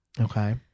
Okay